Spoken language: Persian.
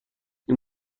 این